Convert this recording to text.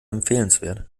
empfehlenswert